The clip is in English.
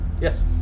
Yes